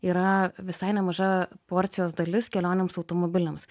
yra visai nemaža porcijos dalis kelionėms automobiliams